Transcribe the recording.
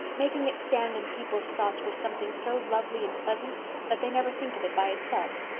making it stand in people's thoughts for something so lovely and pleasant that they never think of it by itself.